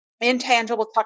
intangible